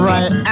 Right